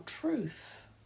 truth